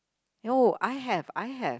no I have I have